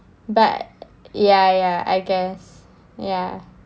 but ya ya I guess ya